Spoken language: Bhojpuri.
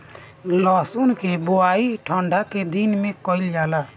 लहसुन के बोआई ठंढा के दिन में कइल जाला